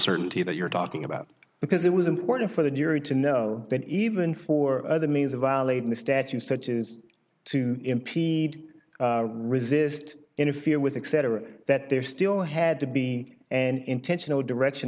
certainty that you're talking about because it was important for the jury to know that even for the means of violating the statute such as to impede resist interfere with etc that there still had to be an intentional direction